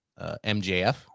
MJF